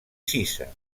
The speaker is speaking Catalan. cisa